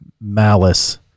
malice